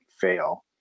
fail